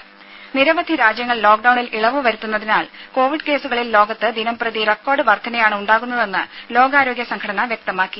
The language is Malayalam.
രുര നിരവധി രാജ്യങ്ങൾ ലോക്ഡൌണിൽ ഇളവ് വരുത്തുന്നതിനാൽ കോവിഡ് കേസുകളിൽ ലോകത്ത് ദിനം പ്രതി റെക്കോർഡ് വർദ്ധനയാണ് ഉണ്ടാകുന്നതെന്ന് ലോകാരോഗ്യ സംഘടന വ്യക്തമാക്കി